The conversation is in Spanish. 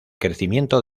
crecimiento